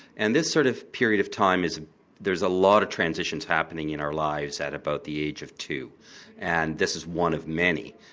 and this sort of period of time, there's a lot of transitions happening in our lives at about the age of two and this is one of many.